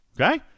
Okay